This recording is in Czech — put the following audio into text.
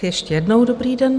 Ještě jednou dobrý den.